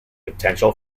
potential